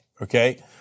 okay